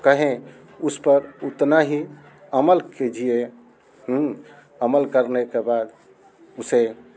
कहें उस पर उतना ही अमल कीजिए अमल करने के बाद उसे